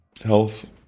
health